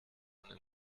einen